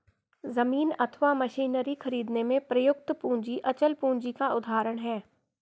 जमीन अथवा मशीनरी खरीदने में प्रयुक्त पूंजी अचल पूंजी का उदाहरण है